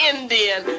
Indian